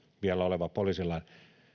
vielä oleva poliisilain